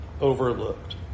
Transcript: overlooked